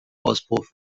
auspuff